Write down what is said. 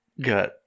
got